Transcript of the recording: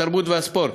התרבות והספורט,